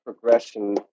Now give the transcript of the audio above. Progression